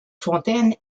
fontaines